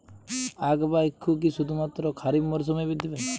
আখ বা ইক্ষু কি শুধুমাত্র খারিফ মরসুমেই বৃদ্ধি পায়?